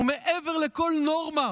ומעבר לכל נורמה,